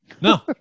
No